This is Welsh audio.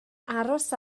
aros